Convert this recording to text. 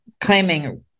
claiming